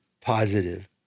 Positive